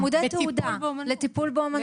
זה לימודי תעודה לטיפול באמנות.